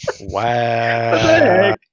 Wow